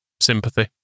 sympathy